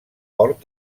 port